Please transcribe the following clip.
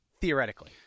theoretically